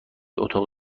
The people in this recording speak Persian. اتاق